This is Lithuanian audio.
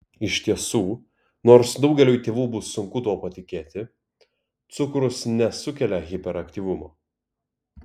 iš tiesų nors daugeliui tėvų bus sunku tuo patikėti cukrus nesukelia hiperaktyvumo